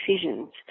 decisions